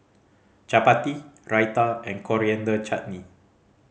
Chapati Raita and Coriander Chutney